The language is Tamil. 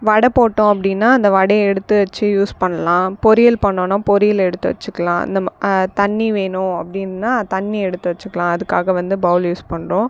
வடை போட்டோம் அப்படின்னா அந்த வடைய எடுத்து வச்சு யூஸ் பண்ணலாம் பொரியல் பண்ணிணோம்னா பொரியல் எடுத்து வச்சுக்கலாம் அந்தமா தண்ணி வேணும் அப்படின்னா தண்ணி எடுத்து வச்சுக்கலாம் அதுக்காக வந்து பவுல் யூஸ் பண்ணுறோம்